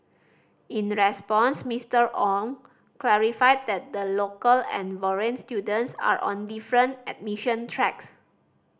in response Mister Wong clarified that the local and foreign students are on different admission tracks